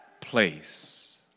place